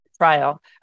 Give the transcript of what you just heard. trial